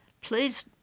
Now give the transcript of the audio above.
Please